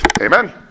Amen